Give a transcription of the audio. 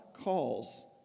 calls